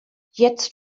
jetzt